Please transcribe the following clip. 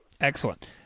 Excellent